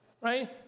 Right